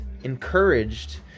encouraged